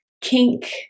kink